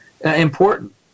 important